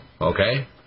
okay